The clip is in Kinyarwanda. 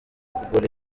kugura